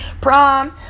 prom